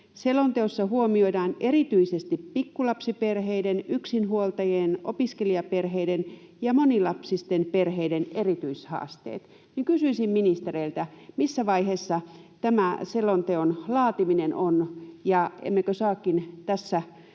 Selonteossa huomioidaan erityisesti pikkulapsiperheiden, yksinhuoltajien, opiskelijaperheiden ja monilapsisten perheiden erityishaasteet.” Kysyisinkin ministereiltä: missä vaiheessa tämä selonteon laatiminen on, ja emmekö saakin tässä